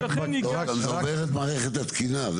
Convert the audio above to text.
זה עובר את כל מערכת התקינה.